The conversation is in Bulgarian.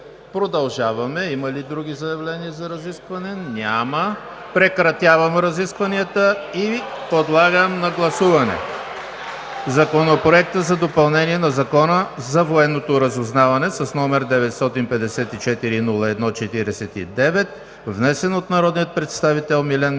Продължаваме. Има ли други заявления за изказвания? Няма. Прекратявам разискванията. Подлагам на гласуване Законопроект за допълнение на Закона за военното разузнаване, № 954-01-49, внесен от народния представител Милен Михов